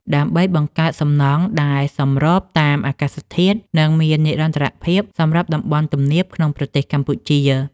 ដើម្បីបង្កើតសំណង់ដែលសម្របតាមអាកាសធាតុ និងមាននិរន្តរភាពសម្រាប់តំបន់ទំនាបក្នុងប្រទេសកម្ពុជា។